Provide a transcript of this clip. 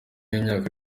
w’imyaka